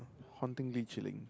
hauntingly chilling